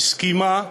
היא הסכימה,